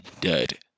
dead